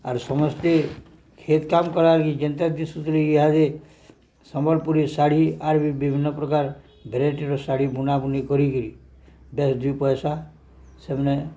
ଆର୍ ସମସ୍ତେ କ୍ଷେତ କାମ କରବାଲାଗି ଯେନ୍ତା ଦିଶୁତରେ ଇହାଦେ ସମ୍ବଲପୁରୀ ଶାଢ଼ୀ ଆର୍ ବି ବିଭିନ୍ନ ପ୍ରକାର ଭେରାଇଟିର ଶାଢ଼ୀ ବୁଣାବୁଣି କରିକିରି ବେସ୍ ଦୁଇ ପଇସା ସେମାନେ